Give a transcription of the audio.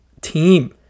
team